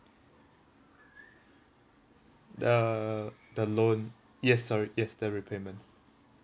the the loan yes sorry yes the repayment